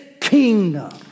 kingdom